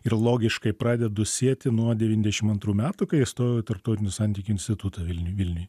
ir logiškai pradedu sieti nuo devyndešim antrų metų kai įstojau į tarptautinių santykių institutą vilniuj vilniuj